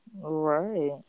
Right